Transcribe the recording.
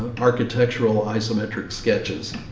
ah architectural, isometric sketches.